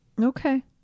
Okay